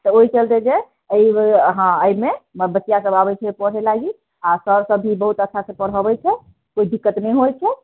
तऽ ओहि चलते जे अइ ओहि हँ एहिमे बचिया सब आबैटी छै पढ़े लागी आ सर सब भी बहुत अच्छासँ पढ़बैत छै कोइ दिक्कत नहि होइत छै